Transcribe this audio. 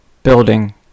Building